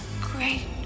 great